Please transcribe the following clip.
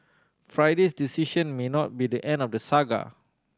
Friday's decision may not be the end of the saga